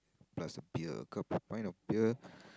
plus a beer a cup a pint of beer